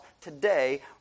today